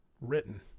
written